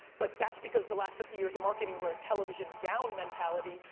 but that's because the last fifty years of marketing were a television down mentality,